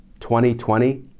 2020